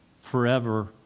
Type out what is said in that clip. forever